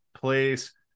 place